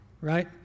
Right